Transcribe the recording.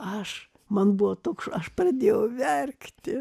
aš man buvo toks aš pradėjau verkti